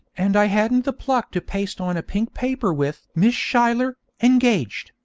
and i hadn't the pluck to paste on a pink paper with miss schuyler engaged,